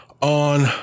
on